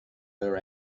her